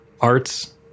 arts